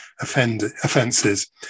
offenses